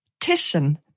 Titian